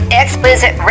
explicit